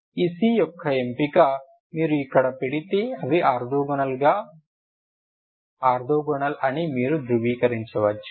ఈ c యొక్క ఎంపికను మీరు ఇక్కడ పెడితే అవి ఆర్తోగోనల్ అని మీరు ధృవీకరించవచ్చు